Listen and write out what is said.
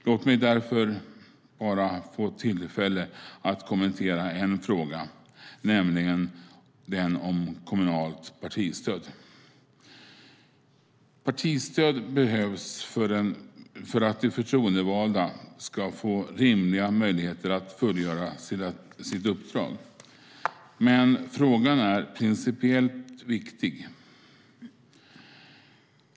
Låt mig därför bara få tillfälle att kommentera en fråga, nämligen den om kommunalt partistöd. Partistöd behövs för att de förtroendevalda ska få rimliga möjligheter att fullgöra sitt uppdrag. Men frågan är principiellt viktig.